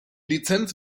lizenz